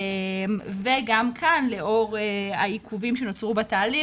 וגם כאן לאור העיכובים שנוצרו בתהליך,